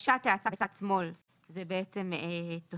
דוושת האצה בצד שמאל, זה בעצם תוספת,